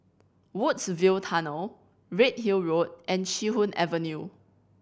Woodsville Tunnel Redhill Road and Chee Hoon Avenue